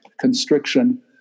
constriction